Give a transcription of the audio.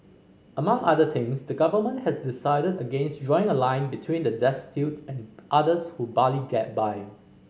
among other things the Government has decided against drawing a line between the destitute and others who barely get by